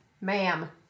Ma'am